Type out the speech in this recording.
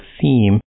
theme